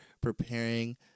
preparing